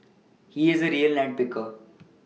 he is a real nine picker